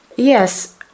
Yes